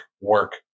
work